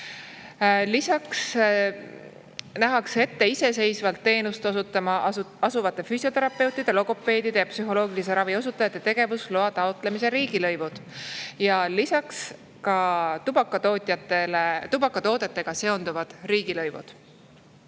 Lisaks nähakse ette iseseisvalt teenust osutama asuvate füsioterapeutide, logopeedide ja psühholoogilise ravi osutajate tegevusloa taotlemise riigilõivud ja ka tubakatoodetega seonduvad riigilõivud.